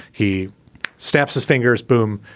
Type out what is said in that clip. he snaps his fingers. boom,